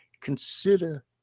Consider